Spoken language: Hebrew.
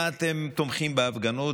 מה אתם תומכים בהפגנות,